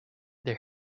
their